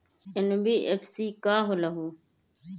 NBFC का होलहु?